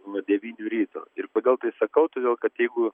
nuo devynių ryto ir pagal tai sakau todėl kad jeigu